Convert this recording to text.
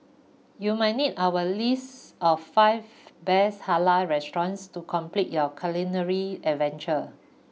you might need our list of five best Halal restaurants to complete your culinary adventure